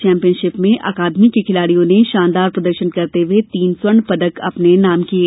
championship में अकादमी के खिलाड़ियों ने शानदार प्रदर्शन करते हुए तीन स्वर्ण पदक अपने नाम किए